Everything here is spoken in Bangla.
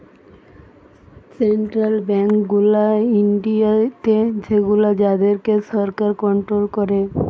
সেন্ট্রাল বেঙ্ক গুলা ইন্ডিয়াতে সেগুলো যাদের কে সরকার কন্ট্রোল করে